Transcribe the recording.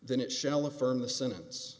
then it shall affirm the sentence